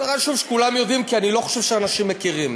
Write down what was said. וחשוב שכולם יודעים כי אני לא חושב שאנשים מכירים.